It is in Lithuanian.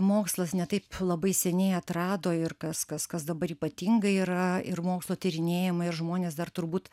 mokslas ne taip labai seniai atrado ir kas kas kas dabar ypatingai yra ir mokslo tyrinėjama ir žmonės dar turbūt